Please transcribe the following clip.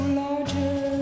larger